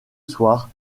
soir